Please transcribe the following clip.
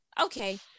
Okay